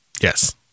yes